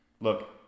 Look